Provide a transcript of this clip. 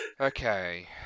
Okay